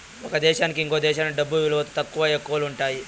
ఒక దేశానికి ఇంకో దేశంకి డబ్బు విలువలో తక్కువ, ఎక్కువలు ఉంటాయి